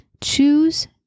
Choose